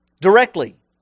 directly